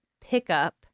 pickup